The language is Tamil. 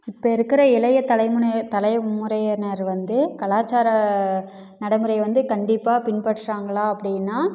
இப்போ இருக்கிற இளைய தலைமுனை தலைமுறையினர் வந்து கலாச்சார நடைமுறை வந்து கண்டிப்பாக பின்பற்றுகிறாங்களா அப்படின்னா